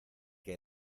que